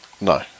No